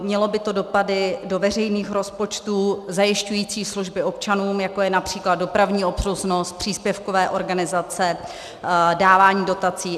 Mělo by to dopady do veřejných rozpočtů zajišťujících služby občanům, jako je například dopravní obslužnost, příspěvkové organizace, dávání dotací atd.